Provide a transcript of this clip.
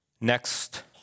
next